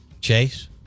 Chase